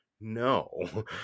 no